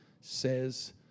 says